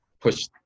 push